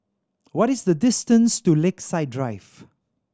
what is the distance to Lakeside Drive